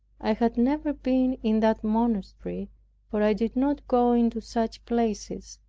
i had never been in that monastery for i did not go into such places,